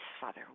Father